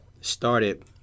started